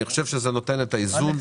אני חושב שזה נותן איזון.